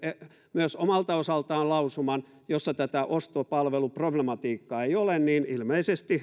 myös omalta osaltaan lausuman jossa tätä ostopalveluproblematiikkaa ei ole niin että ilmeisesti